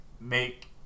make